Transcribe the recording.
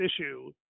issue